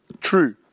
True